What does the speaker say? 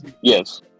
Yes